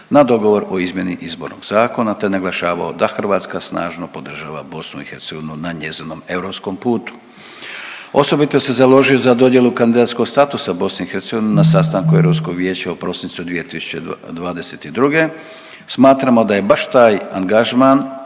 na dogovor o izmjeni izbornog zakona te naglašavao da Hrvatska snažno podržava BiH na njezinom europskom putu. Osobito se založio za dodjelu kandidatskog statusa BiH na sastanku Europskog vijeća u prosincu 2022. Smatramo da je baš taj angažman